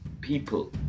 people